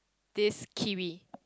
this kiwi